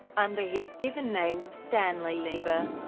under his given name of stanley lieber,